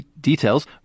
details